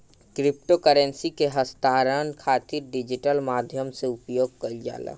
crypto currency के हस्तांतरण खातिर डिजिटल माध्यम से उपयोग कईल जाला